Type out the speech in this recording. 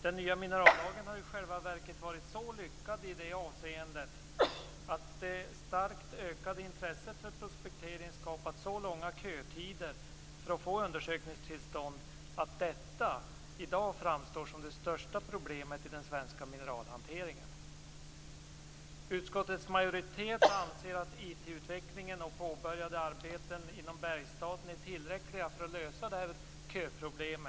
Den nya minerallagen har i själva verket varit så lyckad i det avseendet att det starkt ökade intresset för prospektering skapat så långa kötider för att få undersökningstillstånd att detta i dag framstår som det största problemet i den svenska mineralhanteringen. Utskottets majoritet anser att IT-utvecklingen och påbörjade arbeten inom Bergsstaten är tillräckliga för att lösa detta köproblem.